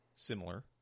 similar